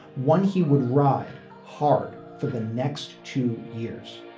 one, he would ride hard for the next two years